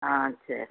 ஆ சரி